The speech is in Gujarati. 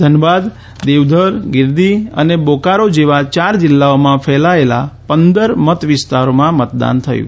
ધનબાદ દેવધર ગિરીડીહ્ અને બોકારો જેવા ચાર જિલ્લાઓમાં ફેલાયેલા પંદર મતવિસ્તારોમાં મતદાન થયું